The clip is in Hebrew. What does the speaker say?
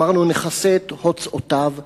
אמרנו: נכסה את הוצאותיו,